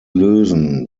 lösen